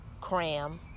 cram